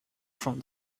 from